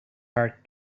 heart